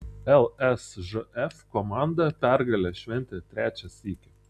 lsžf komanda pergalę šventė trečią sykį